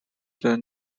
they